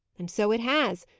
and so it has.